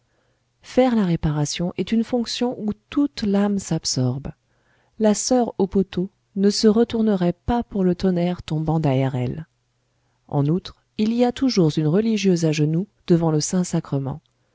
faire la réparation est une fonction où toute l'âme s'absorbe la soeur au poteau ne se retournerait pas pour le tonnerre tombant derrière elle en outre il y a toujours une religieuse à genoux devant le saint-sacrement